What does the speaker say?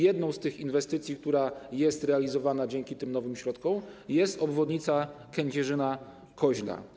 Jedną z inwestycji, która jest realizowana dzięki nowym środkom, jest obwodnica Kędzierzyna-Koźla.